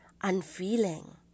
unfeeling